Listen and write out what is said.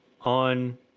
on